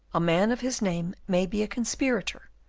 a man of his name may be a conspirator,